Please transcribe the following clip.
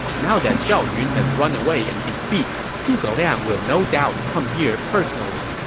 now that zhao yun has run away in defeat, zhuge liang will no doubt come here personally.